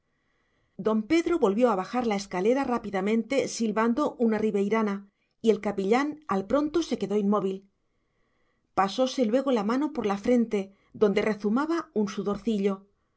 don pedro volvió a bajar la escalera rápidamente silbando una riveirana y el capellán al pronto se quedó inmóvil pasóse luego la mano por la frente donde rezumaba un sudorcillo